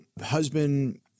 husband